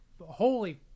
holy